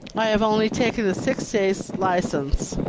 i have only taken a six-days' license,